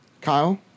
Kyle